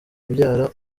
kubyara